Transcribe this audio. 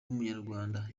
w’umunyarwanda